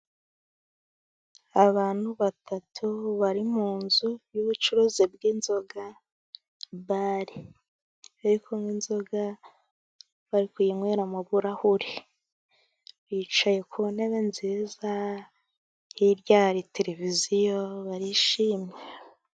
Abantu batatu bari mu nzu y'ubucuruzi bw'inzoga bare. Bari kunywa inzoga barywera mu birahuri bicaye ku ntebe nziza, hirya hari tereviziyo, barishimye.